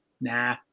nah